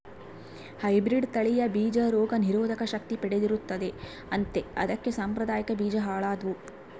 hybrid ತಳಿಯ ಬೀಜ ರೋಗ ನಿರೋಧಕ ಶಕ್ತಿ ಪಡೆದಿರುತ್ತದೆ ಅಂತೆ ಅದಕ್ಕೆ ಸಾಂಪ್ರದಾಯಿಕ ಬೀಜ ಹಾಳಾದ್ವು